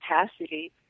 capacity